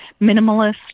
minimalist